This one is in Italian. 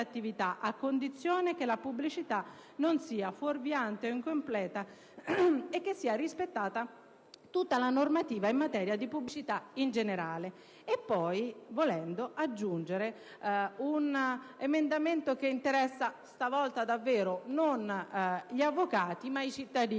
a condizione che la pubblicità non sia fuorviante o incompleta e che sia rispettata tutta la normativa in materia di pubblicità in generale». E poi, volendo, si potrebbe aggiungere un emendamento che interessa - stavolta davvero - non gli avvocati, ma i cittadini